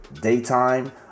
daytime